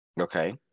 okay